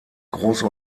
große